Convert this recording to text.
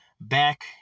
back